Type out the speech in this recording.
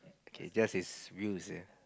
okay just is